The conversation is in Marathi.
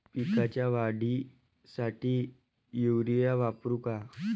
पिकाच्या वाढीसाठी युरिया वापरू का?